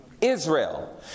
Israel